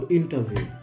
interview